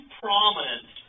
prominent